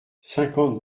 cinquante